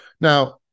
Now